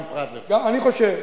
אני חושב.